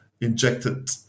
injected